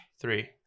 Three